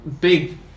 big